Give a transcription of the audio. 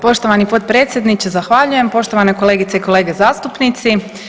Poštovani potpredsjedniče zahvaljujem, poštovane kolegice i kolege zastupnici.